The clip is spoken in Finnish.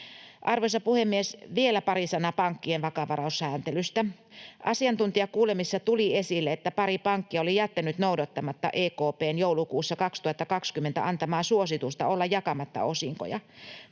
Arvoisa puhemies! Vielä pari sanaa pankkien vakavaraisuussääntelystä. Asiantuntijakuulemisessa tuli esille, että pari pankkia oli jättänyt noudattamatta EKP:n joulukuussa 2020 antamaa suositusta olla jakamatta osinkoja.